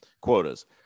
quotas